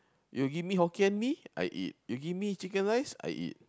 you give me Hokkien-Mee I eat you give me chicken rice I eat